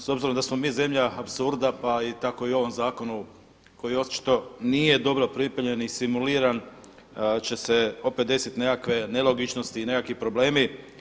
S obzirom da smo mi zemlja apsurda, pa tako i u ovom zakonu koji očito nije dobro pripremljen i simuliran će se opet desiti nekakve nelogičnosti i nekakvi problemi.